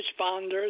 responders